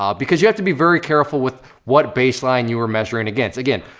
um because you have to be very careful with what baseline you are measuring against. again,